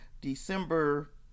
December